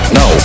no